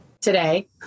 today